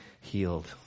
healed